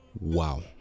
Wow